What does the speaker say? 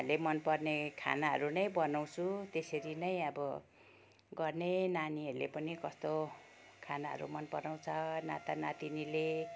उहाँले मनपर्ने खानाहरू नै बनाउँछु त्यसरी नै अब गर्ने नानीहरूले पनि कस्तो खानाहरू मनपराउँछ नाता नातिनीले